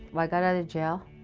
like got out of jail,